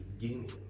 beginning